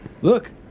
Look